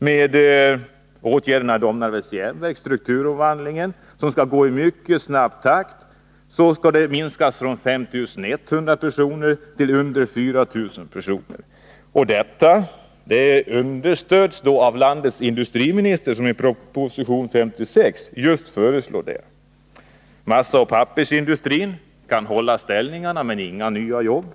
Genom strukturomvandlingen i Domnarvets Jernverk, som skall gå i mycket snabb takt, skall arbetsstyrkan minskas från 5 100 personer till under 4 000 personer. Och det understöds av landets industriminister, som i proposition 56 just föreslår detta. Massaoch pappersindustrin kan hålla ställningarna, men det blir inga nya jobb.